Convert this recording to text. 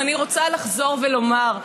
אז אני רוצה לחזור ולומר,